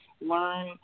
learn